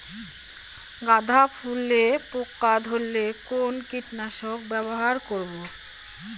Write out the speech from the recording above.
গাদা ফুলে পোকা ধরলে কোন কীটনাশক ব্যবহার করব?